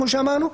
כמו שאמרנו: